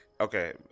Okay